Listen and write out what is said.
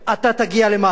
אתה תגיע למעלה.